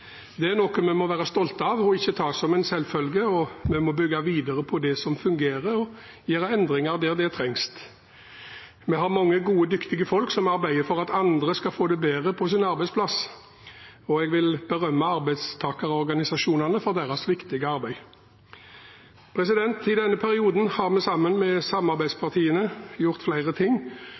Det er noe vi må være stolte av og ikke ta som en selvfølge, og en må bygge videre på det som fungerer, og gjøre endringer der det trengs. Vi har mange gode og dyktige folk som arbeider for at andre skal få det bedre på sin arbeidsplass, og jeg vil berømme arbeidstakerorganisasjonene for deres viktige arbeid. I denne perioden har vi sammen med samarbeidspartiene gjort flere ting